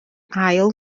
ail